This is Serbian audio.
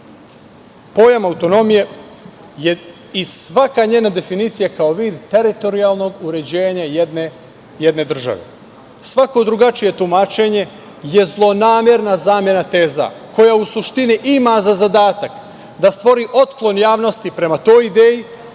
tome. Pojam autonomije je, i svaka njena definicija, kao vid teritorijalnog uređenja jedne države. Svako drugačije tumačenje je zlonamerna zamena teza, koja u suštini ima za zadatak da stvori otklon javnosti prema toj ideji,